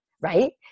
right